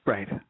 Right